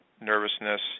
nervousness